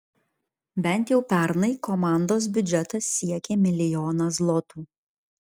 bent jau pernai komandos biudžetas siekė milijoną zlotų